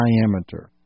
diameter